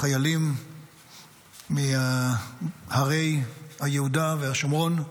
החיילים מהרי היהודה והשומרון,